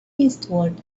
eastward